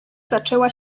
zaczęła